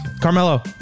Carmelo